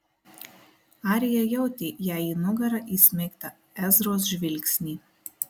arija jautė jai į nugarą įsmeigtą ezros žvilgsnį